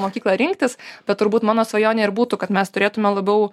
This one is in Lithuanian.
mokyklą rinktis bet turbūt mano svajonė ir būtų kad mes turėtume labiau